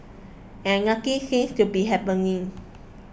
and nothing seems to be happening